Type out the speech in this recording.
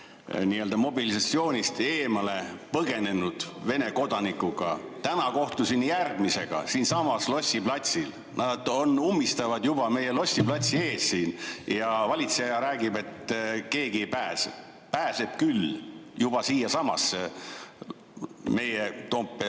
ühe mobilisatsiooni eest põgenenud Vene kodanikuga. Täna kohtusin järgmisega – siinsamas Lossi platsil. Nad ummistavad juba meie Lossi platsi ees. Ja valitseja räägib, et keegi ei pääse. Pääseb küll, juba siiasamasse meie Toompea